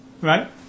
right